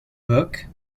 book